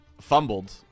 fumbled